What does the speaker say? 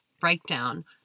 breakdown